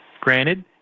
Granted